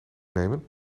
nemen